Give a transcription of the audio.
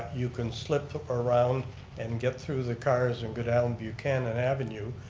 ah you can slip around and get through the cars and go down buchanan avenue,